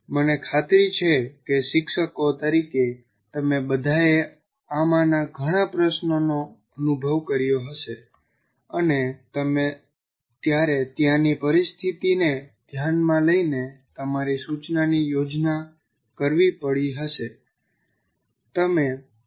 મને ખાતરી છે કે શિક્ષકો તરીકે તમે બધાએ આમાંના ઘણા પ્રશ્નોનો અનુભવ કર્યો હશે અને તમે ત્યારે ત્યાંની પરિસ્થિતિને ધ્યાનમાં લઈને તમારી સૂચનાની યોજના કરવી પડી હશે